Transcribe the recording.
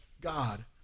God